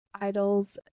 idols